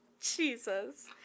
Jesus